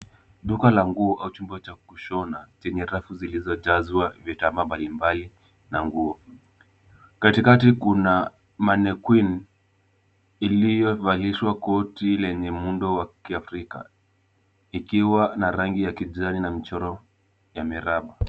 Duka la nguo au chumba cha kushona chenye rafu zilizojazwa vitambaa mbali mbali na nguo. Kati kati kuna maniqueen iliyovalishwa koti lenye muundo wa kiafrika, ikiwa na rangi ya kijani na michoro ya miraba.